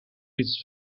its